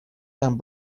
and